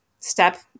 step